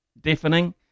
deafening